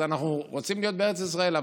אז אנחנו רוצים להיות בארץ ישראל.